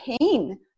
pain